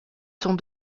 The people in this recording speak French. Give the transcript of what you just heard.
sont